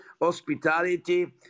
hospitality